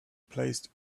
placed